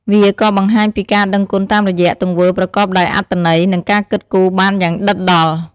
វាក៏បង្ហាញពីការដឹងគុណតាមរយៈទង្វើប្រកបដោយអត្ថន័យ និងការគិតគូរបានយ៉ាងដិតដល់។